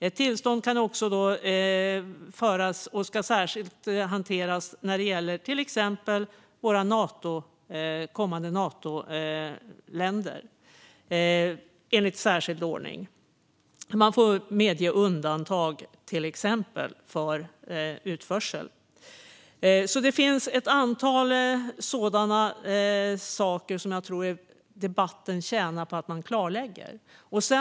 Ett tillstånd kan också utfärdas och ska hanteras i särskild ordning när det till exempel gäller våra blivande partnerländer i Nato. Man får exempelvis medge undantag för utförsel. Det finns ett antal sådana saker som jag tror att debatten tjänar på att man klarlägger.